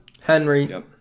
Henry